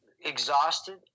exhausted